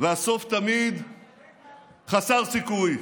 הסוף תמיד חסר סיכוי".